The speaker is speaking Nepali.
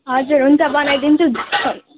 हजुर हुन्छ बनाइदिन्छु